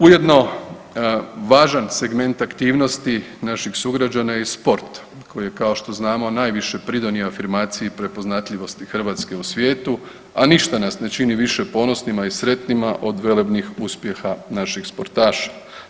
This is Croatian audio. Ujedno važan segment aktivnosti naših sugrađana je sport koji je kao što znamo, najviše pridonio afirmaciji prepoznatljivosti Hrvatske u svijetu a ništa ne čini više ponosnima i sretnima od velebnih uspjeha naših sportaša.